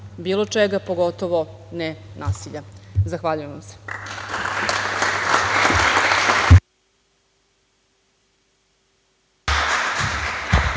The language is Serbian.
bilo čega pogotovo ne nasilja. Zahvaljujem vam se.